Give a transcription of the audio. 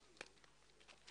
הישיבה ננעלה בשעה 13:01.